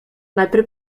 najprej